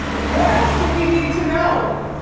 what else do we need to know?